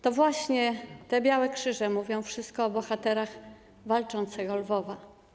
To właśnie te białe krzyże mówią wszystko o bohaterach walczącego Lwowa.